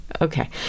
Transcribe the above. Okay